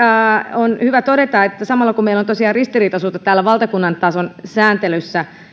on hyvä todeta että samalla kun meillä on tosiaan ristiriitaisuutta täällä valtakunnan tason sääntelyssä ollut